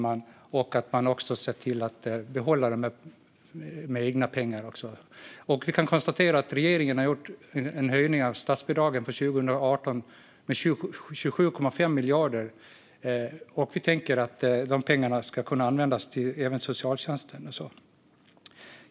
Man har också sett till att behålla dem med hjälp av egna pengar. Vi kan konstatera att regeringen har gjort en höjning av statsbidragen så att nivån nu är 27,5 miljarder högre än 2018. Vi tänker att dessa pengar även ska kunna användas till socialtjänsten. Fru talman!